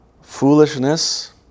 Foolishness